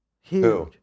Huge